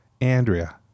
Andrea